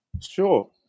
Sure